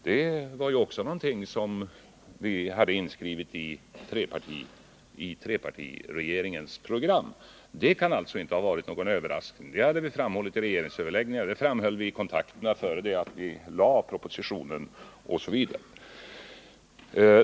Det var också något som vi hade inskrivet i trepartiregeringens program. Det kan inte ha varit någon överraskning. Det hade vi framhållit vid regeringsöverläggningar. Det framhöll vi vid kontakter, innan ni lade fram propositionen osv.